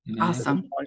Awesome